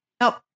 Nope